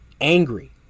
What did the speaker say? angry